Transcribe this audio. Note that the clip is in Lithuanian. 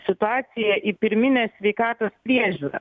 situaciją į pirminės sveikatos priežiūrą